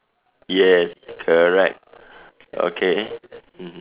yes correct okay mmhmm